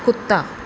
ਕੁੱਤਾ